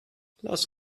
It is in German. lass